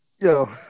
Yo